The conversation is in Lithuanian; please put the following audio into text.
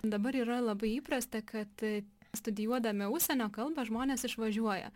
dabar yra labai įprasta kad studijuodami užsienio kalbą žmonės išvažiuoja